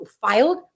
filed